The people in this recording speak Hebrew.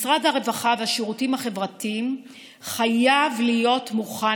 משרד הרווחה והשירותים החברתיים חייב להיות מוכן